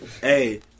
Hey